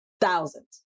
thousands